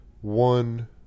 one